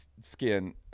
skin